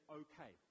okay